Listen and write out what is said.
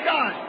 God